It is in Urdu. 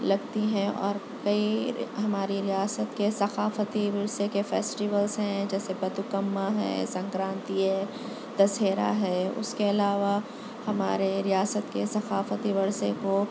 لگتی ہیں اور کئی ہماری ریاست کے ثقافتی ورثے کے فیسٹیولس ہیں جیسے بتوکمّا ہے سنکرانتی ہے دسہرا ہے اس کے علاوہ ہمارے ریاست کے ثقافتی ورثے کو